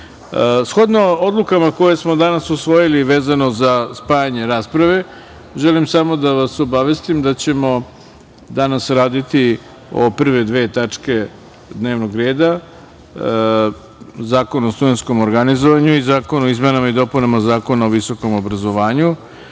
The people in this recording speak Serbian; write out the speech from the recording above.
redu. Shodno odlukama koje smo danas usvojili vezano za spajanje rasprave, želim samo da vas obavestim da ćemo danas raditi o prve dve tačke dnevnog reda – Zakon o studentskom organizovanju i Zakon o izmenama i dopunama Zakona o visokom obrazovanju,